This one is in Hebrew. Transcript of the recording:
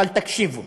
אבל תקשיבו